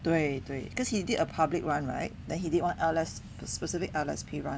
对对 cause he did a public [one] right then he did one L_S specific L_S_P [one]